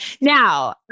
Now